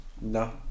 No